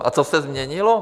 A co se změnilo?